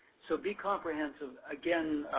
so be comprehensive. again,